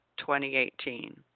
2018